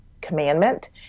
commandment